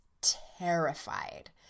terrified